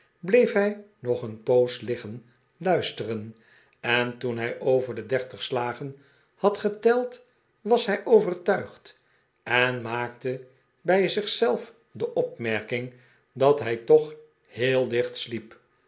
bleef hij nog een poos liggen luisteren en toen hij over de dertig slagen had geteld was hij overtuigd en maakte bij zich zelf de opmerking dat hij toch heel licht sliep